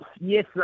yes